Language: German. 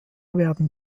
werden